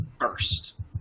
first